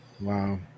Wow